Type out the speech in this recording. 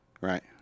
Right